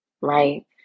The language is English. right